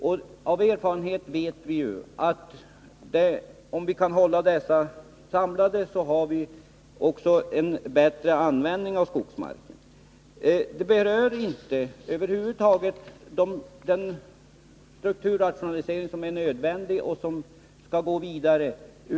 Vi vet av erfarenhet att vi, om vi kan hålla områdena samlade, också får en bättre användning av skogsmarken. Detta berör över huvud taget inte den strukturrationalisering som är nödvändig och som skall gå vidare.